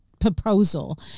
Proposal